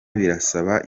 birasaba